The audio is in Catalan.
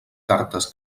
cartes